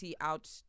out